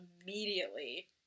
immediately